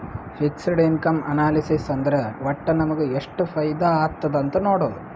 fixed income analysis ಅಂದುರ್ ವಟ್ಟ್ ನಮುಗ ಎಷ್ಟ ಫೈದಾ ಆತ್ತುದ್ ಅಂತ್ ನೊಡಾದು